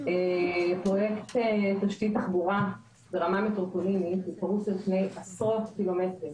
פרויקט תשתית תחבורה ברמה מטרופולינית זה פרוס על פני עשרות קילומטרים